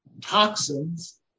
toxins